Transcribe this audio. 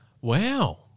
Wow